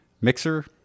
mixer